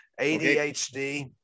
ADHD